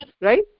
right